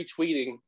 retweeting